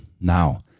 now